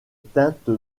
teinte